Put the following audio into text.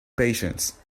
patience